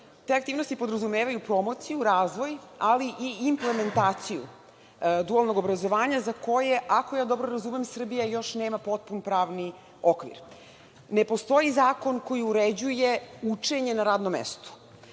Te aktivnosti podrazumevaju promociju, razvoj, ali i implementaciju, dualnog obrazovanja za koje, ako dobro razumem, Srbija još uvek nema potpun pravni okvir. Ne postoji zakon koji uređuje učenje na radnom mestu,